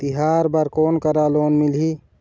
तिहार बर कोन करा लोन मिलही?